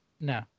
No